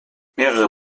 mehrere